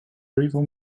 river